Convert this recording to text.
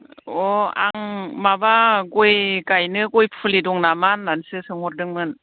अह आं माबा गय गायनो गय फुलि दं नामा होननानैसो सोंहरदोंमोन